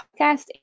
podcast